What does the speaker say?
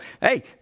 hey